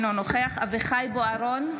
אינו נוכח אביחי אברהם בוארון,